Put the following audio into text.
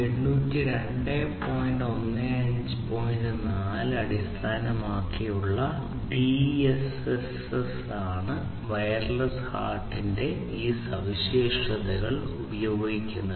4 അടിസ്ഥാനമാക്കിയുള്ള DSSS ആണ് wireless HART ന്റെ ഈ സവിശേഷതകൾ ഉപയോഗിക്കുന്നത്